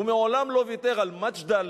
הוא מעולם לא ויתר על מג'דל,